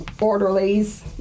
orderlies